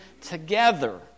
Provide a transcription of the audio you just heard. together